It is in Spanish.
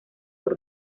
por